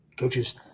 Coaches